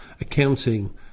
Accounting